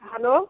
hello